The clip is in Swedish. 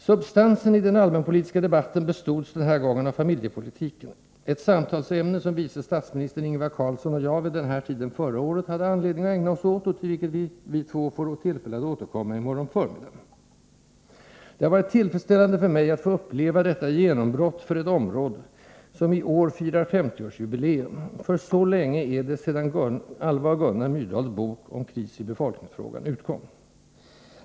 Substansen i den allmänpolitiska debatten bestods den här gången av familjepolitiken, ett samtalsämne som vice statsministern Ingvar Carlsson och jag vid den här tiden förra året hade anledning att ägna oss åt och till vilket vi två får tillfälle att återkomma här i morgon förmiddag. Det har varit tillfredsställande för mig att få uppleva detta genombrott för ett område som i år firar 50-årsjubileum, för så länge sedan är det som Alva och Gunnar Myrdals bok Kris i befolkningsfrågan utkom.